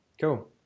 Cool